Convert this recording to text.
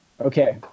okay